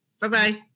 Bye-bye